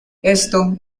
esto